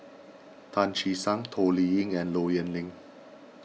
Tan Che Sang Toh Liying and Low Yen Ling